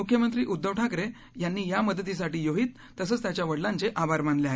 मुख्यमंत्री उद्दव ठाकरे यांनी या मदतीसाठी योहित तसंच त्याच्या वडिलांचे आभार मानले आहेत